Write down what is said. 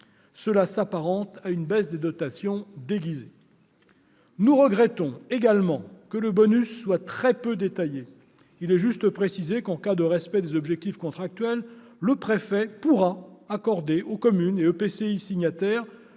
Cela s'apparente à une baisse des dotations déguisée. Nous regrettons également que le dispositif du bonus soit très peu détaillé. Il est juste précisé que, en cas de respect des objectifs contractuels, le préfet pourra accorder aux communes et EPCI signataires